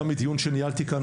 גם מדיון שניהלתי כאן,